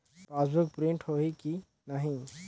Passbook print होही कि नहीं?